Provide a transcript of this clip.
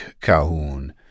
Calhoun